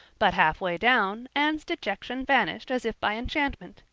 but halfway down anne's dejection vanished as if by enchantment.